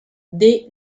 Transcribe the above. des